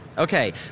Okay